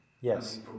yes